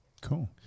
Cool